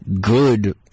good